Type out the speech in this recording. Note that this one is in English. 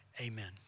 amen